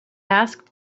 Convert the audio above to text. asked